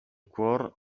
cuor